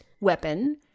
weapon